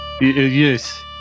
Yes